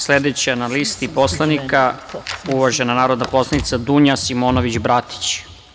Sledeća na listi poslanika je uvažena narodna poslanica Dunja Simonović Bratić.